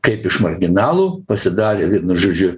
kaip iš marginalų pasidarė vienu žodžiu